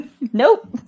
Nope